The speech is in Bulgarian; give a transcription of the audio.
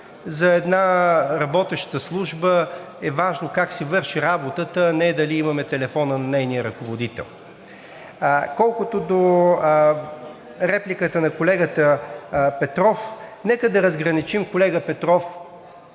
За една работеща служба е важно как си върши работата, а не дали имаме телефона на нейния ръководител. Колкото до репликата на колегата Петров, нека да разграничим, колега Петров,